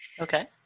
Okay